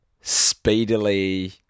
speedily